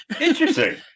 Interesting